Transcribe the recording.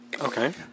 Okay